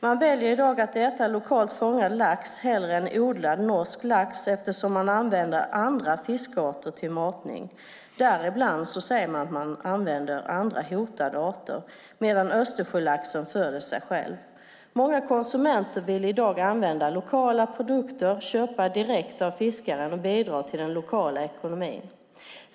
Man väljer i dag att äta lokalt fångad lax hellre än odlad norsk lax eftersom andra fiskarter används till matning av denna. Bland annat sägs andra hotade arter användas. Östersjölaxen däremot föder sig själv. Många konsumenter vill i dag använda lokala produkter och köpa direkt av fiskaren och därmed bidra till den lokala ekonomin.